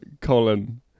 Colin